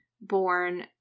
born